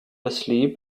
asleep